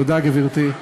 תודה, גברתי.